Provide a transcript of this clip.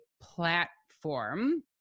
platform